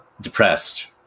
depressed